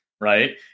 right